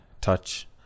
touch